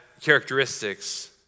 characteristics